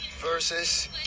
versus